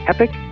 Epic